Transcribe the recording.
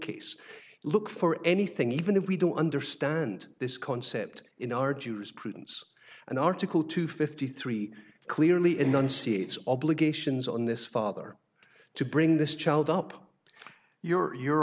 case look for anything even if we don't understand this concept in our jews prudence and article two fifty three clearly enunciates obligations on this father to bring this child up your your